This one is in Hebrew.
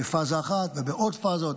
בפאזה אחת ובעוד פאזות,